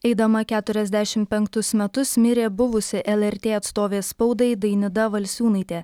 eidama keturiasdešim penktus metus mirė buvusi lrt atstovė spaudai dainida valsiūnaitė